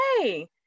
hey